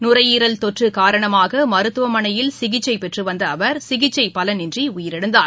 நுரையீரல் தொற்று காரணமாக மருத்துவமனையில் சிகிச்சை பெற்று வந்த அவர் சிகிச்சை பலனின்றி உயிரிழந்தார்